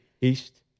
east